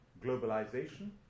globalization